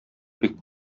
бик